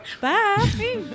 bye